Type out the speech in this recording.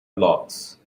blocks